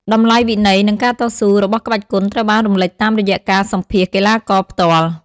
តម្លៃវិន័យ និង ការតស៊ូ របស់ក្បាច់គុនត្រូវបានរំលេចតាមរយៈការសម្ភាសន៍កីឡាករផ្ទាល់។